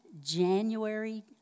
January